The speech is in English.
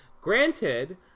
granted